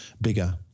Bigger